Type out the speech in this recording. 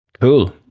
Cool